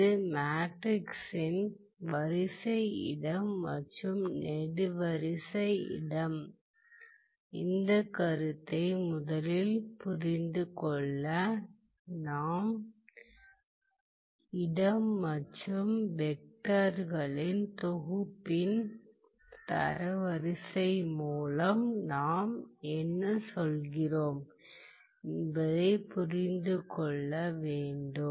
ஒரு மேட்ரிக்ஸின் வரிசை இடம் மற்றும் நெடுவரிசை இடம் இந்த கருத்தை முதலில் புரிந்து கொள்ள நாம் இடம் மற்றும் வெக்டர்களின் தொகுப்பின் தரவரிசை மூலம் நாம் என்ன சொல்கிறோம் என்பதைப் புரிந்து கொள்ள வேண்டும்